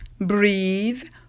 breathe